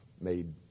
made